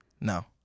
No